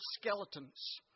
skeletons